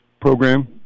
program